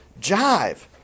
jive